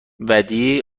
ودیعه